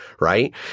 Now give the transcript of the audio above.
right